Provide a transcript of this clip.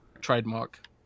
trademark